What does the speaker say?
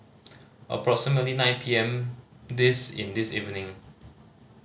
approximately nine P M this in this evening